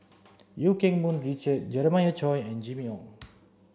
Eu Keng Mun Richard Jeremiah Choy and Jimmy Ong